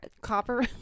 copper